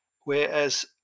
Whereas